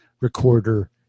recorder